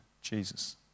Jesus